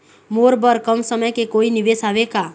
मोर बर कम समय के कोई निवेश हावे का?